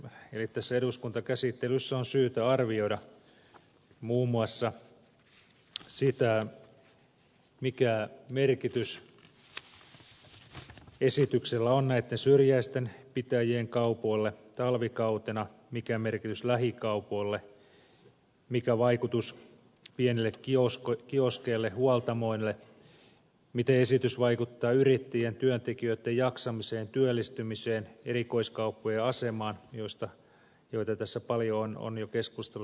eli tässä eduskuntakäsittelyssä on syytä arvioida muun muassa sitä mikä merkitys esityksellä on näitten syrjäisten pitäjien kaupoille talvikautena mikä merkitys lähikaupoille mikä vaikutus pienille kioskeille huoltamoille miten esitys vaikuttaa yrittäjien ja työntekijöitten jaksamiseen työllistymiseen erikoiskauppojen asemaan joita paljon on jo keskustelussa lävitse käyty